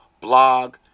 blog